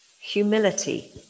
humility